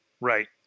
Right